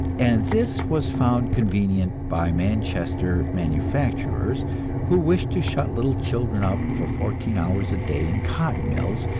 and this was found convenient by manchester manufacturers who wished to shut little children up for fourteen hours a day in cotton mills,